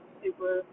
super